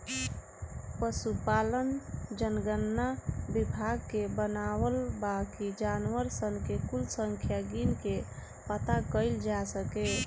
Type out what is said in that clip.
पसुपालन जनगणना विभाग के बनावल बा कि जानवर सन के कुल संख्या गिन के पाता कइल जा सके